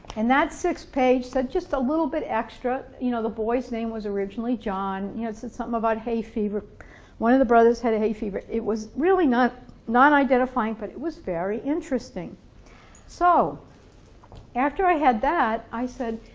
and that sixth page said just a little bit extra you know the boy's name was originally john you know it said something about hayfever one of the brothers had hayfever. it was really not not identifying but it was very interesting so after i had that i said,